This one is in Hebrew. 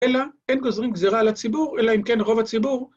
‫אלא הם גוזרים גזרה על הציבור, ‫אלא כן, רוב הציבור...